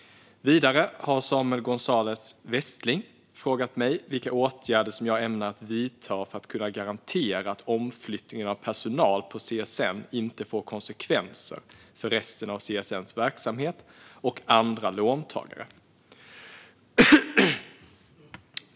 Vidare har Samuel Gonzalez Westling frågat mig vilka åtgärder som jag ämnar att vidta för att kunna garantera att omflyttningen av personal på CSN inte får konsekvenser för resten av CSN:s verksamhet och andra låntagare.